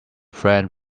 friend